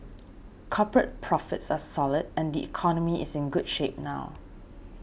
corporate profits are solid and the economy is in good shape now